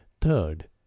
third